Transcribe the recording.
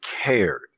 cared